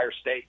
state